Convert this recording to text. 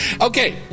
Okay